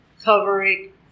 covering